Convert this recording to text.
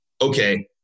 okay